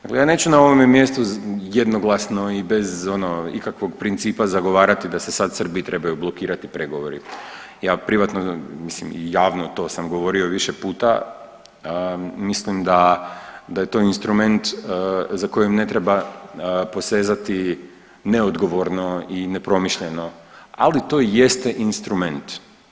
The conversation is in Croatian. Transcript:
Dakle, ja neću na ovome mjestu jednoglasno i bez ono ikakvog principa zagovarati da se sad Srbiji trebaju blokirati pregovori, ja privatno, mislim javno to sam govorio više puta mislim da je to instrument za kojim ne treba posezati neodgovorno i nepromišljeno, ali to jeste instrument.